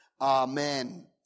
Amen